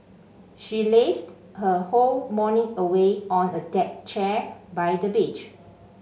she lazed her whole morning away on a deck chair by the beach